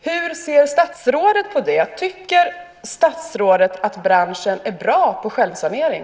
Hur ser statsrådet på det? Tycker statsrådet att branschen är bra på självsanering?